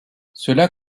cela